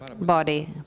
body